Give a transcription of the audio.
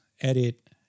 edit